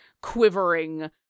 quivering